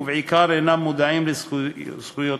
ובעיקר אינם מודעים לזכויותיהם.